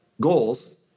goals